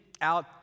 out